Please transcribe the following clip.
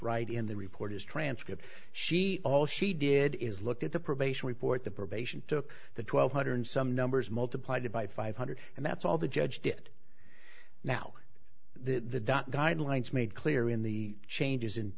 right in the report is transcript she all she did is look at the probation report the probation took the twelve hundred some numbers multiplied by five hundred and that's all the judge did now the guidelines made clear in the changes in